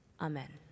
Amen